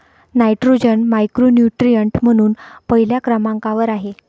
nitrogen macronutrient म्हणून पहिल्या क्रमांकावर आहे